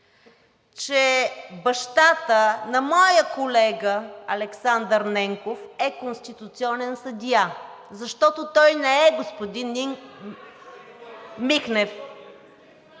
че бащата на моя колега Александър Ненков е конституционен съдия, защото той не е, господин Михнев!